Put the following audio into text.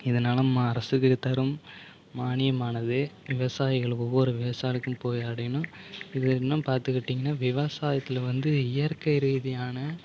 இதனால் ம அரசு தரும் மானியமானது விவசாயிகள் ஒவ்வொரு விவசாயிகளுக்கும் போய் அடையணும் இது இன்னும் பார்த்துக்கிட்டிங்கன்னா விவசாயத்தில் வந்து இயற்கை ரீதியான